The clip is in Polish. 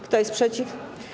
Kto jest przeciw?